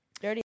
dirty